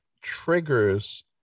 triggers